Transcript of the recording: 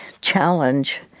challenge